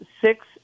six